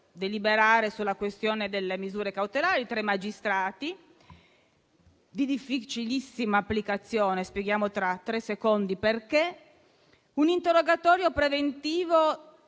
deliberare sulla questione delle misure cautelari tra i magistrati, di difficilissima applicazione (ne spieghiamo a breve le ragioni), un interrogatorio preventivo